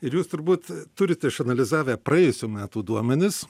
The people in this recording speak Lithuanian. ir jūs turbūt turit išanalizavę praėjusių metų duomenis